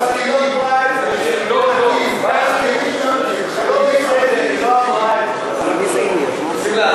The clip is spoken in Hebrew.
היא לא דיברה על זה, זה לא בסדר, היא לא